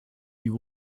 you